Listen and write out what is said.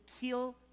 kill